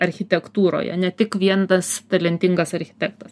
architektūroje ne tik vien tas talentingas architektas